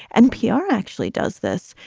npr actually does this.